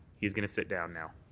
he's going to sit down now.